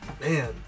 man